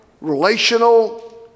relational